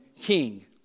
king